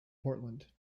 portland